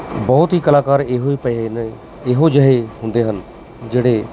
ਬਹੁਤ ਹੀ ਕਲਾਕਾਰ ਇਹੋ ਹੀ ਪਏ ਨੇ ਇਹੋ ਜਿਹੇ ਹੁੰਦੇ ਹਨ ਜਿਹੜੇ